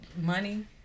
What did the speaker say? money